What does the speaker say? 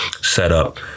setup